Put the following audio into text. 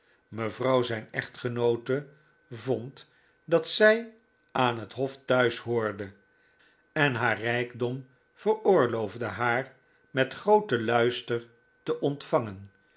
mevrouw zijn echtgenoote vond dat zij aan het hof thuis hoorde en haar rijkdom veroorloofde haar met grooten luister te ontvangen